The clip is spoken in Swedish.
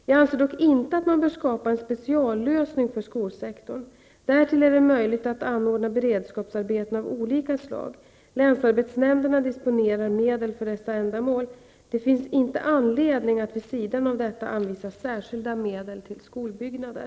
Jag anser dock inte att man bör skapa en speciallösning för skolsektorn. Därtill är det möjligt att anordna beredskapsarbeten av olika slag. Länsarbetsnämnderna disponerar medel för dessa ändamål. Det finns inte anledning att vid sidan av detta anvisa särskilda medel till skolbyggnader.